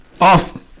Off